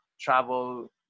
travel